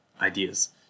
ideas